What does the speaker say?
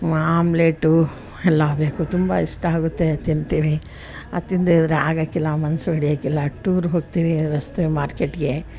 omelette ಎಲ್ಲ ಬೇಕು ತುಂಬ ಇಷ್ಟ ಆಗುತ್ತೆ ತಿಂತೀವಿ ಅದು ತಿಂದೆ ಇದ್ದರೆ ಆಗೋಕ್ಕಿಲ್ಲ ಮನಸು ಹಿಡಿಯಕ್ಕಿಲ್ಲ ಟೂರಿಗೆ ಹೋಗ್ತೀವಿ ರಸ್ತೆ ಮಾರ್ಕೆಟಿಗೆ